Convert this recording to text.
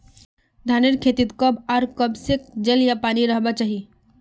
धानेर खेतीत कब आर कब से जल या पानी रहबा चही?